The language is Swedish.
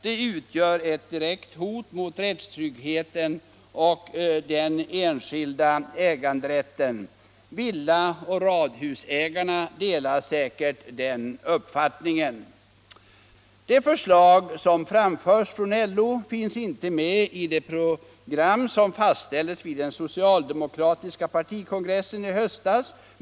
Det utgör ett direkt hot mot rättstryggheten och den enskilda äganderätten. Villa och radhusägaren delar säkert den uppfattningen. De förslag som framförts från LO finns inte med i det program som fastställdes vid den socialdemokratiska partikongressen i höstas.